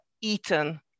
eaten